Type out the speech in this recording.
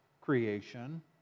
creation